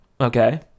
okay